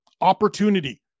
opportunity